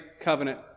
covenant